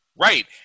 Right